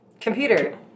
Computer